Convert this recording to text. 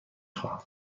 خواهم